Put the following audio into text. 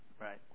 Right